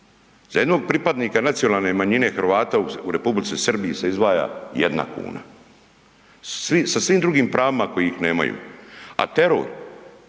za jednog pripadnika nacionalne manjine Hrvata u Republici Srbiji se izdvaja 1 kuna, sa svim drugim pravima kojih nemaju. A teror